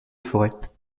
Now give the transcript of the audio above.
forêts